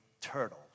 turtle